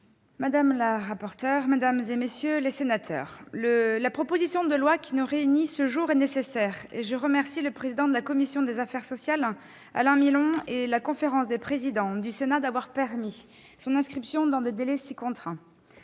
madame la rapporteur, mesdames, messieurs les sénateurs, la proposition de loi qui nous réunit ce jour est nécessaire et je remercie le président de la commission des affaires sociales, Alain Milon, et la conférence des présidents du Sénat d'avoir permis son inscription à l'ordre du jour dans des délais si contraints.